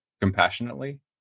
compassionately